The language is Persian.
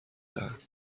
دهند